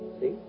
See